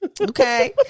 Okay